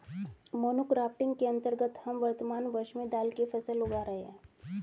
monocropping के अंतर्गत हम वर्तमान वर्ष में दाल की फसल उगा रहे हैं